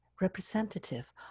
representative